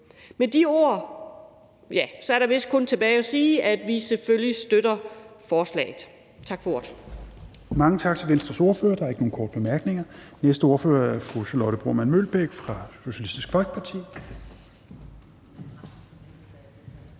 Med de ord er der vist kun tilbage at sige, at vi selvfølgelig støtter forslaget. Tak for ordet.